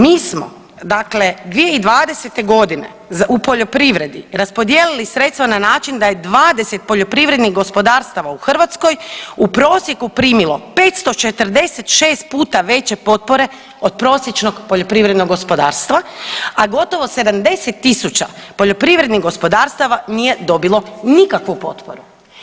Mi smo dakle 2020. godine u poljoprivredi raspodijelili sredstva na način da je 20 poljoprivrednih gospodarstava u Hrvatskoj u prosjeku primilo 546 puta veće potpore od prosječnog poljoprivrednog gospodarstva a gotovo 70 000 poljoprivrednih gospodarstava nije dobilo nikakvu potporu.